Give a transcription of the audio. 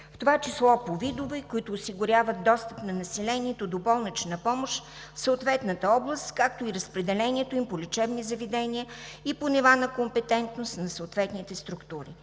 в това число по видове, които осигуряват достъп на населението до болнична помощ в съответната област, както и разпределението им по лечебни заведения и по нива на компетентност на съответните структури.